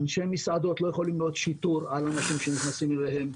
אנשי מסעדות לא יכולים להיות השיטור על אנשים שנכנסים אליהם,